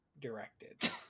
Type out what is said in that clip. directed